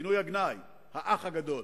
כינוי הגנאי, "האח הגדול".